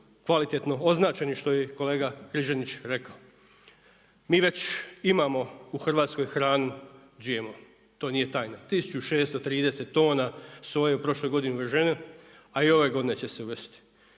kvalitetno označeni što je i kolega Križanić rekao. Mi već imamo u Hrvatskoj hranu GMO, to nije tajna 1630 tona soje u prošloj godini uvezeno a i ove godine će se uvesti.